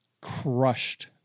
crushed